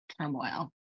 turmoil